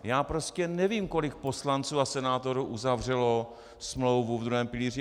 Já prostě nevím, kolik poslanců a senátorů uzavřelo smlouvu v druhém pilíři.